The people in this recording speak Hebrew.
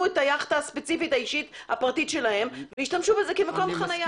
את היכטה הספציפית האישית והפרטית שלהם וישתמשו במרינה כמקום חניה.